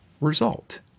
result